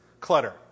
clutter